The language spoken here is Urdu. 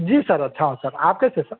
جی سر اچھا ہوں سر آپ کیسے ہیں سر